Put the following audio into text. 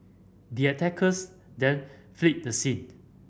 the attackers then fled the scene